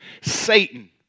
Satan